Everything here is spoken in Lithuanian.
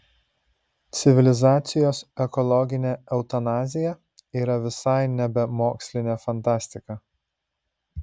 civilizacijos ekologinė eutanazija yra visai nebe mokslinė fantastika